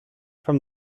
from